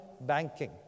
banking